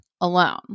alone